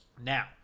Now